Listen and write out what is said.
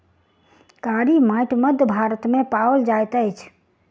कारी माइट मध्य भारत मे पाओल जाइत अछि